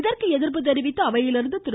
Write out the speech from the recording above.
இதற்கு எதிர்ப்பு தெரிவித்தும் அவையிலிருந்து திரு